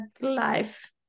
life